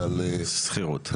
ועל שכירות.